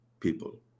People